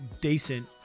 decent